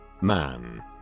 man